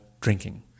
drinking